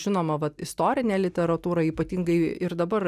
žinoma vat istorinę literatūrą ypatingai ir dabar